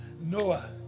Noah